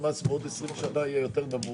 בעוד 20 שנים יהיה יותר נמוך?